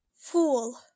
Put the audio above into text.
Fool